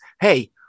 Hey